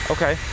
Okay